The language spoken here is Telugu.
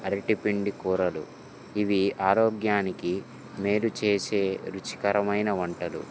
అరటి పిండి కూరలు ఇవి ఆరోగ్యానికి మేలు చేసే రుచికరమైన వంటలు